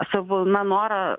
savo na norą